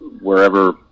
wherever